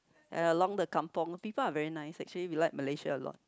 and along the Kampung people are very nice actually we like Malaysia a lot